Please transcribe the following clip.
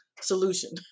solution